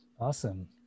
Awesome